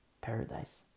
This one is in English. Paradise